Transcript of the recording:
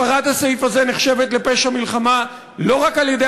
הפרת הסעיף הזה נחשבת לפשע מלחמה לא רק על-ידי